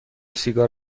سیگار